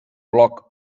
bloc